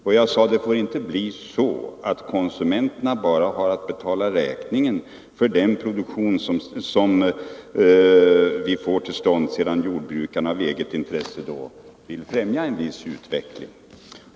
Jag sade också att det inte får bli så, att konsumenterna bara har att betala räkningen för den produktion som kommer till stånd genom att jordbrukarna i eget intresse vill främja en viss utveckling.